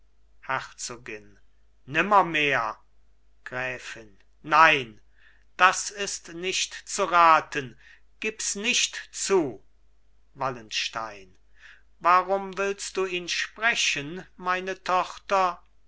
herzogin nimmermehr gräfin nein das ist nicht zu raten gibs nicht zu wallenstein warum willst du ihn sprechen meine tochter